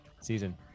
season